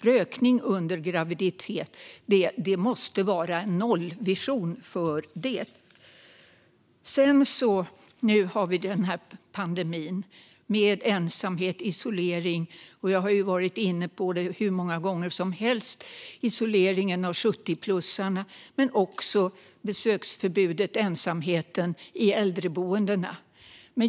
Rökning under graviditet - det måste vara en nollvision för det. Nu har vi denna pandemi med ensamhet och isolering. Jag har ju varit inne hur många gånger som helst på isoleringen av 70-plussarna men också besöksförbudet och ensamheten på äldreboendena.